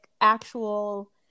actual